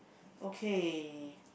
okay